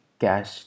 cash